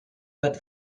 but